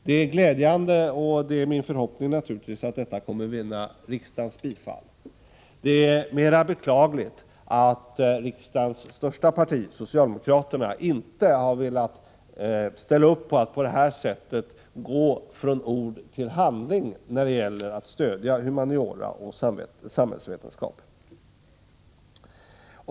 Det är glädjande och naturligtvis vår förhoppning att detta förslag kommer att vinna riksdagens bifall. Det är mera beklagligt att riksdagens största parti, socialdemokraterna, inte har velat ställa upp på att på detta sätt gå från ord till handling när det gäller att stödja humaniora och samhällsvetenskap.